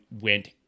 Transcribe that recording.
went